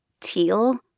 Teal